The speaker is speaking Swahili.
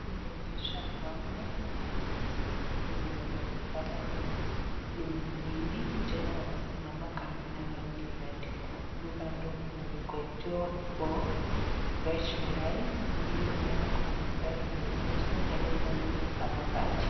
Inaonyesha mama na mzee, mzee mwenye anaonekana ni mhindi. Tena wamesimama karibu na mahali imeandikwa, nyumba ndogo imeandikwa Joe for Fresh Life. Nyuma yao kuna gari imeegeshwa na nyumba mingi za mabati.